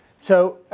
so,